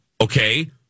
Okay